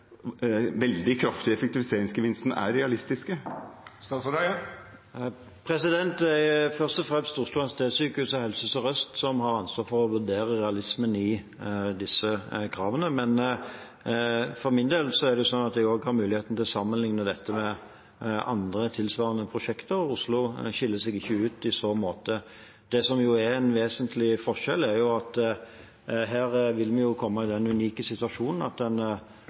veldig kraftige effektiviseringsgevinstene er realistiske? Det er først og fremst Oslo universitetssykehus og Helse Sør-Øst som har ansvaret for å vurdere realismen i disse kravene, men jeg for min del har også muligheten til å sammenligne dette med andre tilsvarende prosjekter. Oslo skiller seg ikke ut i så måte. Det som er en vesentlig forskjell, er at her vil vi komme i den unike situasjonen at en